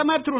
பிரதமர் திரு